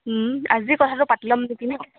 আজি কথাটো পাতি ল'ম নিকি ন